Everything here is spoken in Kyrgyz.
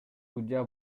судья